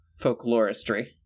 folkloristry